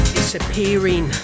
disappearing